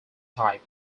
type